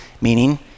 meaning